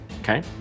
Okay